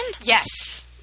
Yes